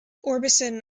orbison